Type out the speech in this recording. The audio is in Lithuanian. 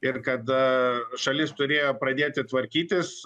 ir kad šalis turėjo pradėti tvarkytis